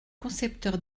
concepteur